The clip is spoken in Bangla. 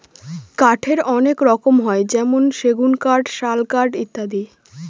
কাঠের অনেক রকম হয় যেমন সেগুন কাঠ, শাল কাঠ ইত্যাদি